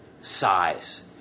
size